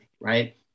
right